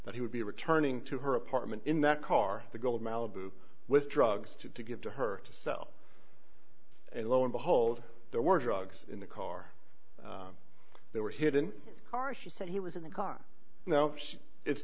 that he would be returning to her apartment in that car the gold malibu with drugs to give to her to sell and lo and behold there were drugs in the car there were hidden car she said he was in the car now it's